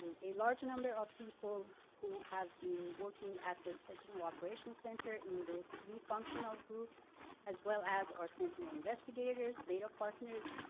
and a large number of people who have been working at the sentinel operations center in the three functional groups as well as our sentinel investigators, data partners,